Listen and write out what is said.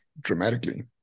dramatically